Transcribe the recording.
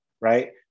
right